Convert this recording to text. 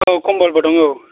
औ कमलबो दं औ